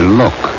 look